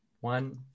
one